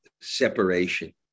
separation